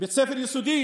בית ספר יסודי.